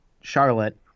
Charlotte